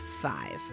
five